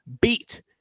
beat